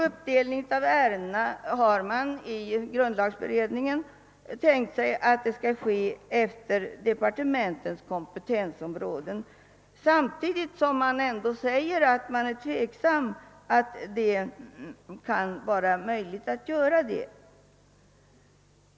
Uppdelningen av ärendena har man i grundlagberedningen tänkt sig skall ske efter departementens kompetensområden men samtidigt säger man att man är tveksam huruvida det är möjligt att göra det.